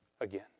again